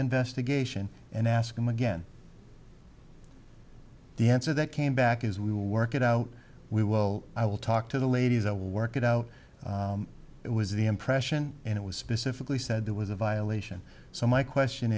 investigation and ask him again the answer that came back as we work it out we will i will talk to the ladies i will work it out it was the impression and it was specifically said there was a violation so my question